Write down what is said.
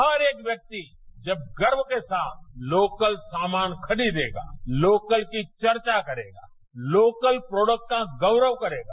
हर एक व्यक्ति जब गर्व के साथ लोकल सामान खरीदेगा लोकल की चर्चा करेगा लोकल प्रोडक्ट का गौरव करेगा